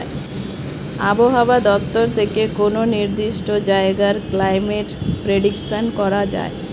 আবহাওয়া দপ্তর থেকে কোনো নির্দিষ্ট জায়গার ক্লাইমেট প্রেডিকশন করা যায়